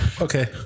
Okay